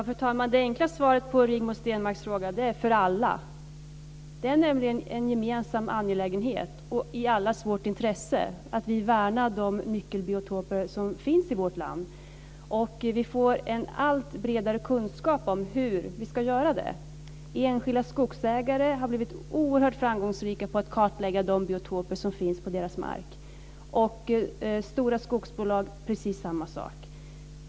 Fru talman! Det enkla svaret på Rigmor Stenmarks fråga är: För alla. Det är nämligen en gemensam angelägenhet och i allas vårt intresse att vi värnar de nyckelbiotoper som finns i vårt land. Vi får en allt bredare kunskap om hur vi ska göra det. Enskilda skogsägare har blivit oerhört framgångsrika på att kartlägga de biotoper som finns på deras mark, och det är precis samma sak med stora skogsbolag.